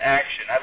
action